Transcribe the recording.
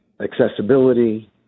accessibility